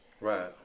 right